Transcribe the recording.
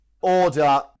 Order